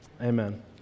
amen